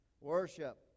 worship